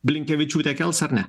blinkevičiūtė kels ar ne